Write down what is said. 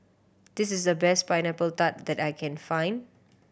this is the best Pineapple Tart that I can find